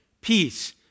peace